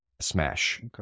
Smash